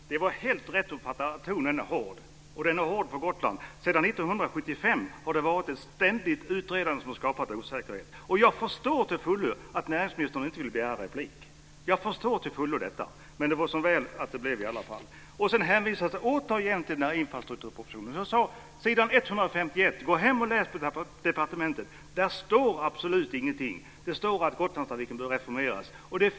Fru talman! Det är helt rätt uppfattat - tonen är hård här, och den är också hård på Gotland. Sedan år 1975 har det ju varit ett ständigt utredande, vilket har skapat osäkerhet. Jag förstår till fullo att näringsministern inte ville begära replik men det var ju väl att det ändå blev så. Återigen hänvisas det till infrastrukturpropositionen. Gå hem till departementet och läs! På s. 127 står det absolut ingenting, utan det sägs bara att Gotlandstrafiken bör reformeras.